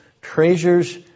treasures